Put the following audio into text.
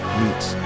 meets